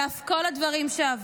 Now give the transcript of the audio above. על אף כל הדברים שעבר,